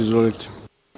Izvolite.